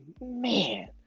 man